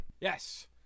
Yes